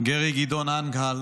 גרי גדעון הנגהאל